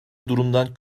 durumdan